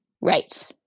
Right